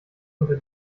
unter